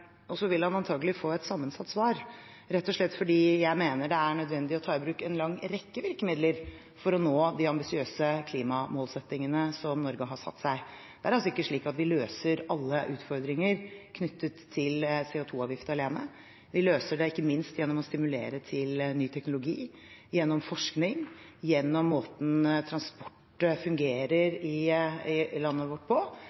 Og så vil han antakelig få et sammensatt svar, rett og slett fordi jeg mener det er nødvendig å ta i bruk en lang rekke virkemidler for å nå de ambisiøse klimamålsettingene som Norge har satt seg. Det er altså ikke slik at vi løser alle utfordringer knyttet til CO2-avgift alene, vi løser det ikke minst gjennom å stimulere til ny teknologi, gjennom forskning og gjennom måten transport fungerer på i landet vårt.